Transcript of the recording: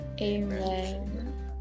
Amen